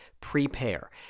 prepare